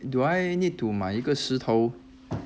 do I need to 买一个石头